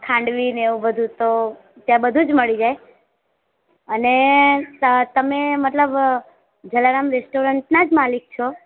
ખાંડવી ને એવું બધું તો ત્યાં બધું જ મળી જાય અને તમે મતલબ જલારામ રેસ્ટોરન્ટનાં જ માલિક છો